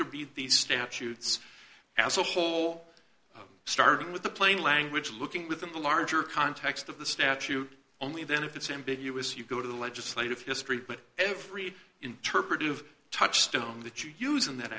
to be these statutes as a whole starting with the plain language looking within the larger context of the statute only then if it's ambiguous you go to the legislative history but every interpretive touchstone that you use in that